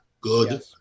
Good